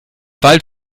wald